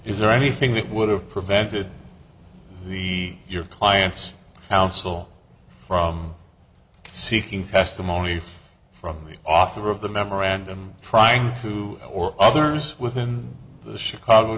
is there anything that would have prevented the your client's counsel from seeking testimony if from the author of the memorandum trying to or others within the chicago